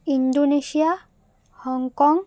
Indonesia Hong Kong